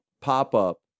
pop-up